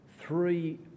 three